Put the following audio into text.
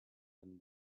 and